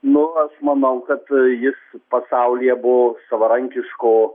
nu aš manau kad jis pasaulyje buvo savarankiško